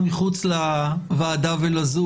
החוק נולד בוועידת רבני אירופה והגיע גם לד"ר עליזה לביא,